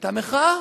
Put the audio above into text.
היתה מחאה.